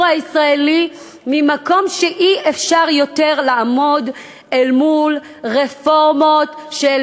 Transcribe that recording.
הישראלי ממקום שאי-אפשר יותר לעמוד אל מול רפורמות של